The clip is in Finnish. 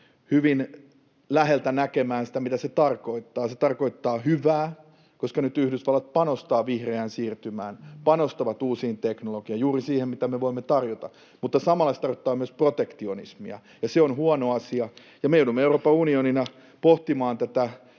hyvin läheltä näkemään sitä, mitä se tarkoittaa. Se tarkoittaa hyvää, koska nyt Yhdysvallat panostaa vihreään siirtymään, panostaa uusiin teknologioihin, juuri siihen, mitä me voimme tarjota. Mutta samalla se tarkoittaa myös protektionismia, ja se on huono asia. Me joudumme Euroopan unionina pohtimaan tätä